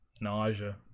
Nausea